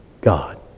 God